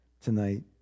tonight